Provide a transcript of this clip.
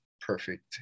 perfect